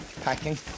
packing